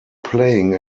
playing